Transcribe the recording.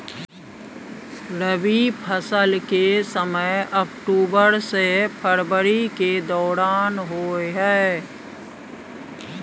रबी फसल के समय अक्टूबर से फरवरी के दौरान होय हय